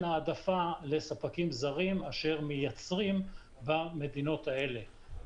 העדפה לספקים זרים אשר מייצרים במדינות האלה.